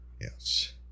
Yes